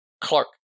Clark